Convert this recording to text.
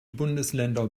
bundesländer